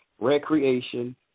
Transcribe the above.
recreation